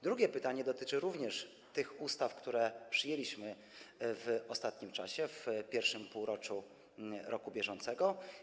Drugie pytanie dotyczyło również tych ustaw, które przyjęliśmy w ostatnim czasie, w I półroczu roku bieżącego.